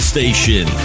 Station